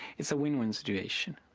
it's a win-win situation.